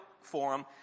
forum